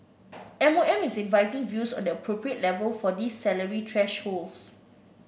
M O M is inviting views on the appropriate level for these salary thresholds